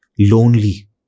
Lonely